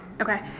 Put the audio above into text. okay